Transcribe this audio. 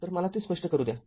तर मला ते स्पष्ट करू द्या